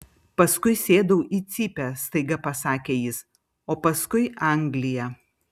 paskui sėdau į cypę staiga pasakė jis o paskui anglija